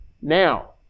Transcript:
Now